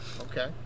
Okay